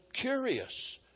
curious